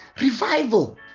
revival